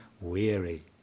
weary